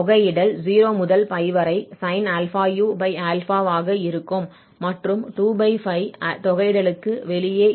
தொகையிடல் 0 முதல் π வரை sin∝u ஆக இருக்கும் மற்றும் 2 π தொகையிடலுக்கு வெளியே இருக்கும்